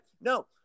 No